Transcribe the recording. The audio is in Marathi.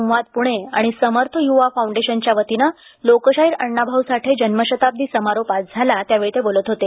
सवांद पुणे आणि समर्थ युवा फौंडेशनच्या वतीनं लोकशाहीर अण्णा भाऊ साठे जन्मशताब्दी समारोप आज झाला त्यावेळी ते बोलत होते